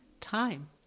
time